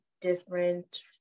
different